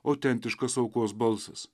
autentiškas aukos balsas